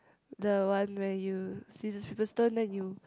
the one where you scissors paper stone then you